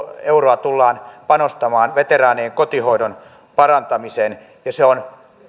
euroa tullaan panostamaan veteraanien kotihoidon parantamiseen ja se on